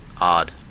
odd